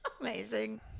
amazing